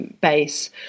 Base